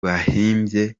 bahimbye